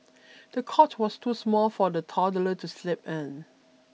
the cot was too small for the toddler to sleep in